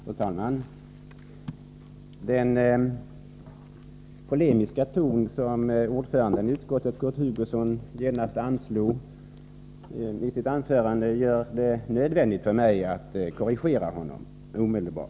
Fru talman! Den polemiska ton som ordföranden i utskottet, Kurt Hugosson, genast anslog gör det nödvändigt för mig att korrigera honom omedelbart.